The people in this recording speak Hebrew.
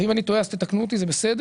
ואם אני טועה אז תתקנו אותי, זה בסדר.